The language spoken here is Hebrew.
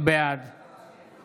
בעד